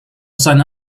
seine